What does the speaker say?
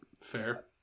Fair